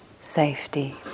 safety